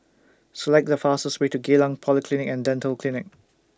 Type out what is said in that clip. Select The fastest Way to Geylang Polyclinic and Dental Clinic